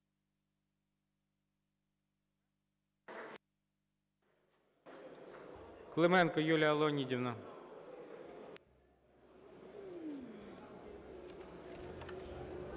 Клименко Юлія Леонідівна.